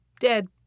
Dead